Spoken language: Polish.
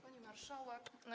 Pani Marszałek!